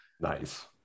Nice